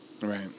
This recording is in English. Right